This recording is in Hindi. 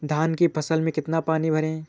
धान की फसल में कितना पानी भरें?